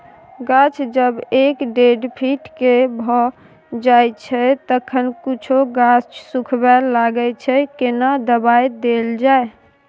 गाछ जब एक डेढ फीट के भ जायछै तखन कुछो गाछ सुखबय लागय छै केना दबाय देल जाय?